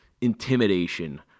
intimidation